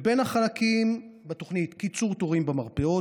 בין החלקים בתוכנית: קיצור תורים במרפאות,